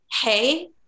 Hey